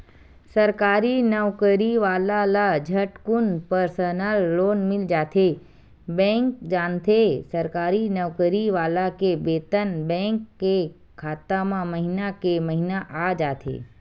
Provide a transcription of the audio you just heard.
सरकारी नउकरी वाला ल झटकुन परसनल लोन मिल जाथे बेंक जानथे सरकारी नउकरी वाला के बेतन बेंक के खाता म महिना के महिना आ जाथे